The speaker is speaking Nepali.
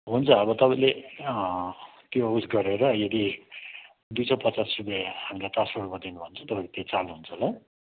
हुन्छ अब तपाईँले त्यो उस गरेर यदि दुई सय पचास रुपियाँ हामीलाई ट्रान्स्फर गरिदिनुभयो भने चाहिँ तपाईँको त्यो चालु हुन्छ ल